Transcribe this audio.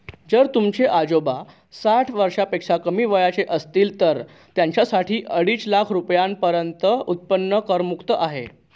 जर तुमचे आजोबा साठ वर्षापेक्षा कमी वयाचे असतील तर त्यांच्यासाठी अडीच लाख रुपयांपर्यंतचे उत्पन्न करमुक्त आहे